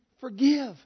forgive